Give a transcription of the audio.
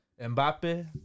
Mbappe